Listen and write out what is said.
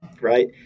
right